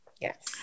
Yes